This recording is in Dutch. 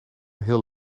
heel